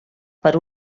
per